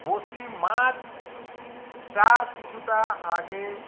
বসি মাছ চার কিছুটা আগে